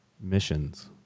missions